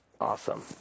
awesome